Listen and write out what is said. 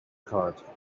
card